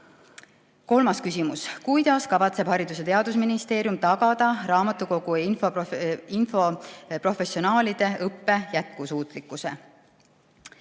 Kolmas küsimus: "Kuidas kavatseb Haridus- ja Teadusministeerium tagada raamatukogu- ja infoprofessionaalide õppe jätkusuutlikkuse?"